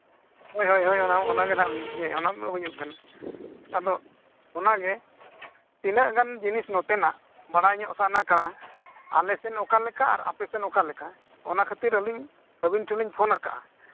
ᱦᱳᱭ ᱦᱳᱭ ᱚᱱᱟ ᱚᱱᱟᱜᱮ ᱱᱟᱦᱟᱜ ᱤᱭᱟᱹ ᱚᱱᱟ ᱫᱚ ᱦᱩᱭᱩᱜ ᱠᱟᱱᱟ ᱟᱫᱚ ᱚᱱᱟ ᱜᱮ ᱛᱤᱱᱟᱹᱜ ᱜᱟᱱ ᱡᱤᱱᱤᱥ ᱱᱚᱛᱮᱱᱟᱜ ᱵᱟᱲᱟᱭ ᱧᱚᱜ ᱥᱟᱱᱟ ᱠᱟᱱᱟ ᱟᱞᱮ ᱥᱮᱫ ᱚᱠᱟ ᱞᱮᱠᱟ ᱟᱨ ᱟᱯᱮ ᱥᱮᱫ ᱚᱠᱟ ᱞᱮᱠᱟ ᱚᱱᱟ ᱠᱷᱟᱹᱛᱤᱨ ᱟᱹᱞᱤᱧ ᱟᱹᱵᱤᱱ ᱴᱷᱮᱱ ᱞᱤᱧ ᱯᱷᱳᱱᱟᱠᱟᱜᱼᱟ